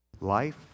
Life